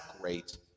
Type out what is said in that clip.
great